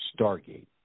Stargate